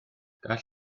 gall